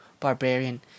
Barbarian